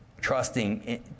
trusting